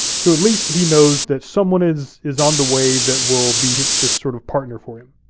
so at least he knows that someone is is on the way that will be this sort of partner for him.